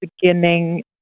beginning